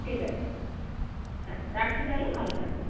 ঠিক আছে হ্যাঁ রাখছি তাহলে ভালো থাকবেন